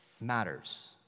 matters